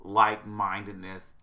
like-mindedness